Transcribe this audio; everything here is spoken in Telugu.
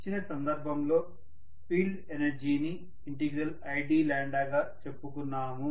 ఇచ్చిన సందర్భంలో ఫీల్డ్ ఎనర్జీని i d గా చెప్పుకున్నాము